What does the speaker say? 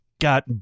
got